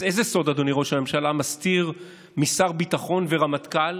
אז איזה סוד אדוני ראש הממשלה מסתיר משר ביטחון ורמטכ"ל?